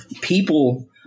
People